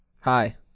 Hi